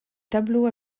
tableau